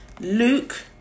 Luke